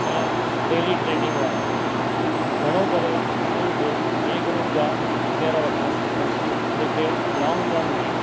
ऐं daily trading वारा घणो करे माण्हुनि खे ए ग्रुप जा शेयर वठणु खपनि जेके लॉंग टर्म में